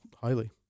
highly